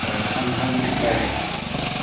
सानखां इसलारि